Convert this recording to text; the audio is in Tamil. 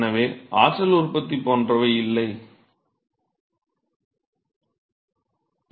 எனவே ஆற்றல் உற்பத்தி போன்றவை இல்லை என்று கருதுகிறோம்